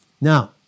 Now